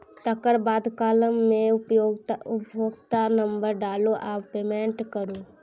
तकर बाद काँलम मे उपभोक्ता नंबर डालु आ पेमेंट करु